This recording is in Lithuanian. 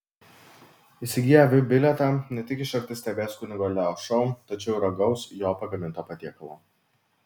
įsigiję vip bilietą ne tik iš arti stebės kunigo leo šou tačiau ir ragaus jo pagaminto patiekalo